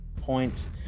points